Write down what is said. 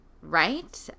right